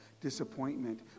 disappointment